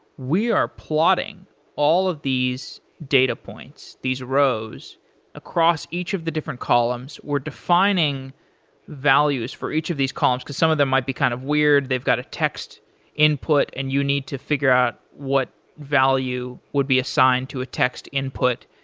we are plotting all of these data points, these rows across each of the different columns. we're defining values for each of these columns, because some of them might be kind of weird. they've got a text input and you need to figure out what value would be assigned to a text input,